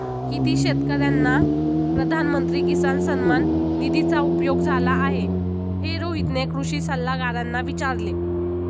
किती शेतकर्यांना प्रधानमंत्री किसान सन्मान निधीचा उपयोग झाला आहे, हे रोहितने कृषी सल्लागारांना विचारले